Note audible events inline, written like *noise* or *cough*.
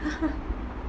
*laughs*